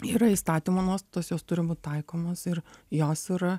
yra įstatymo nuostatos jos turi būt taikomos ir jos yra